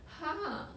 !huh!